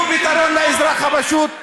תנו פתרון לאזרח הפשוט,